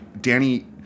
Danny